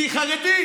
כי היא חרדית.